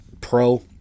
Pro